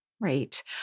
right